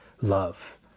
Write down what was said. love